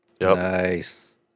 Nice